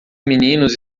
meninos